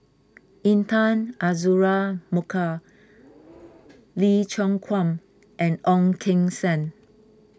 Intan Azura Mokhtar Lee Choon Guan and Ong Keng Sen